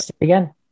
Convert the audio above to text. again